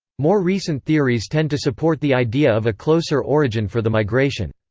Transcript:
more recent theories tend to support the idea of a closer origin for the migration.